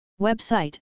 Website